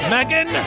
Megan